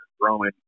growing